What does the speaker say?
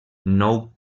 nou